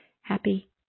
happy